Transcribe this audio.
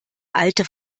alte